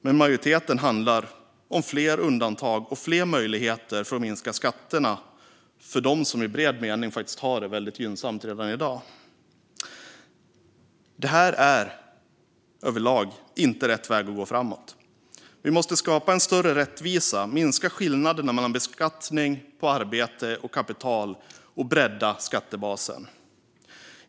Men majoriteten handlar om fler undantag och fler möjligheter att minska skatterna för dem som i bred mening har det väldigt gynnsamt redan i dag. Det är överlag inte rätt väg att gå framåt. Vi måste skapa en större rättvisa, minska skillnaderna mellan beskattning av arbete och kapital och bredda skattebasen.